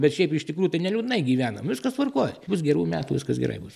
bet šiaip iš tikrųjų tai neliūdnai gyvenam viskas tvarkoj bus gerų metų viskas gerai bus